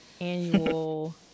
annual